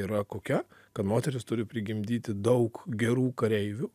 yra kokia kad moteris turi prigimdyti daug gerų kareivių